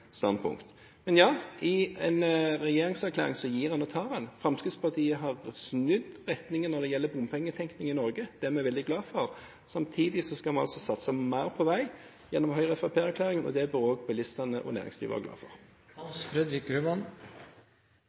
standpunkt. Men ja: I en regjeringserklæring gir man og tar man. Fremskrittspartiet har snudd retningen når det gjelder bompengetenkningen i Norge. Det er vi veldig glade for. Samtidig skal vi satse mer på vei gjennom Høyre–Fremskrittsparti-erklæringen. Det bør også bilistene og næringslivet være